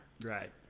Right